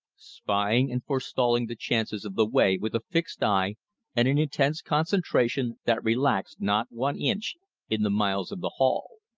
spying and forestalling the chances of the way with a fixed eye and an intense concentration that relaxed not one inch in the miles of the haul.